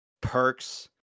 Perks